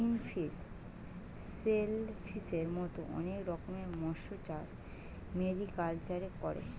finfish, শেলফিসের মত অনেক রকমের মৎস্যচাষ মেরিকালচারে করে